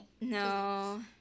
no